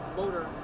motor